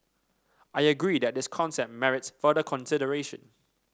I agree that this concept merits further consideration